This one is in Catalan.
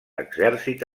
exèrcit